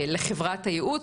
לחברת הייעוץ,